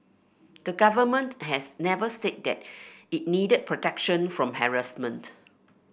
the Government has never said that it needed protection from harassment